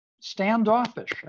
standoffish